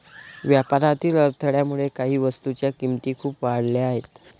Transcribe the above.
व्यापारातील अडथळ्यामुळे काही वस्तूंच्या किमती खूप वाढल्या आहेत